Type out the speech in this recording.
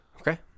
Okay